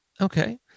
Okay